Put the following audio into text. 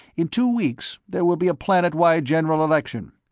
in two weeks, there will be a planet-wide general election.